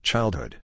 Childhood